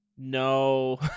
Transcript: No